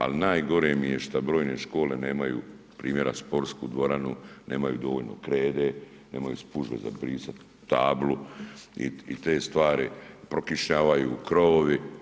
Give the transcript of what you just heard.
Ali najgore mi je što brojne škole nemaju primjera sportsku dvoranu, nemaju dovoljno krede, nemaju spužve za brisat tablu i te stvari, prokišnjavaju krovovi.